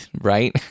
right